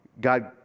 God